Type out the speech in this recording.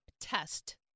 test